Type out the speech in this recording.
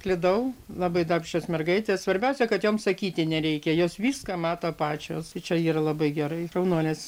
klydau labai darbščios mergaitės svarbiausia kad joms sakyti nereikia jos viską mato pačios tai čia yra labai gerai šaunuolės